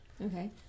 Okay